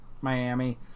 Miami